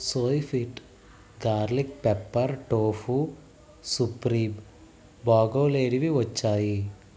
సోయ్ fit garlic pepper tofu supreme బాగోలేనివి వచ్చాయి